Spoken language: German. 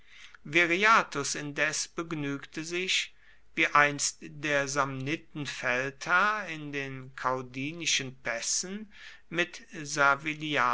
viriathus indes begnügte sich wie einst der samnitenfeldherr in den caudinischen pässen mit